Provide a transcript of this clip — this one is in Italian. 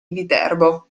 viterbo